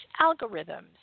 algorithms